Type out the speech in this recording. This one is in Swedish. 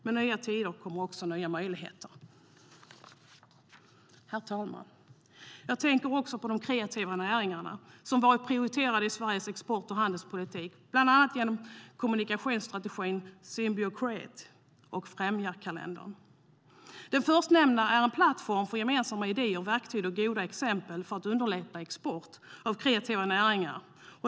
Med nya tider kommer också nya möjligheter. Herr talman! Jag tänker också på de kreativa näringarna, som varit prioriterade i Sveriges export och handelspolitik, bland annat genom kommunikationsstrategin Symbio Create och genom Främjarkalendern. Den förstnämnda är en plattform för gemensamma idéer, verktyg och goda exempel för att underlätta export av kreativa näringar.